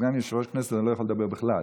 כסגן יושב-ראש כנסת אני לא יכול לדבר בכלל,